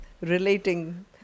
relating